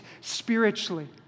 spiritually